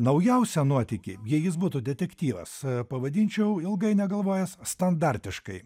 naujausią nuotykį jei jis būtų detektyvas pavadinčiau ilgai negalvojęs standartiškai